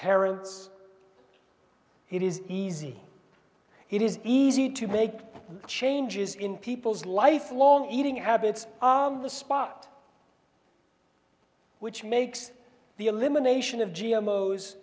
parents it is easy it is easy to make changes in people's lifelong eating habits the spot which makes the elimination of g